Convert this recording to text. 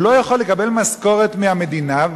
לא יכול לקבל משכורת מהמדינה.